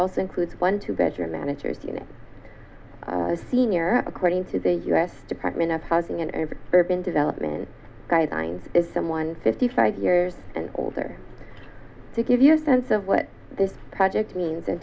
also includes one two bedroom managers unit senior according to the u s department of housing and urban development guidelines is someone fifty five years and older to give you a sense of what this project means in